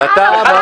ואתה מה?